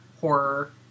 horror